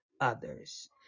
others